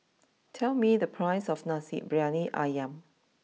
tell me the price of Nasi Briyani Ayam